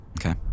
Okay